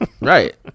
Right